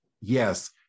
Yes